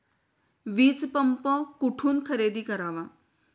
वीजपंप कुठून खरेदी करावा?